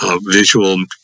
visual